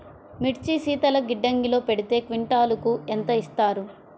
మిర్చి శీతల గిడ్డంగిలో పెడితే క్వింటాలుకు ఎంత ఇస్తారు?